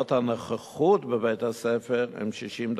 ושעות הנוכחות בבתי-הספר הן 60 דקות.